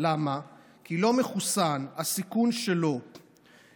הוא יכול לעשות